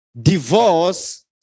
divorce